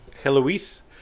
Heloise